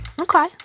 Okay